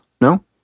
No